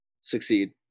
succeed